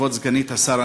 כבוד סגנית השר,